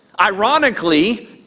Ironically